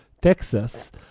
Texas